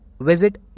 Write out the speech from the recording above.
Visit